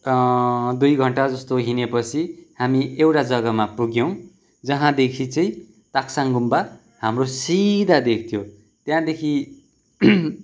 दुई घन्टा जस्तो हिँडेपछि हामी एउटा जग्गामा पुग्यौँ जहाँदेखि चाहिँ ताक्साङ गुम्बा हाम्रो सिधा देख्थ्यो त्यहाँदेखि